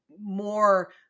more